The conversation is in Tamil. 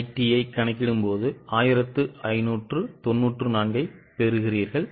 PBIT ஐ கணக்கிடும் போது 1594 ஐப் பெறுகிறீர்கள்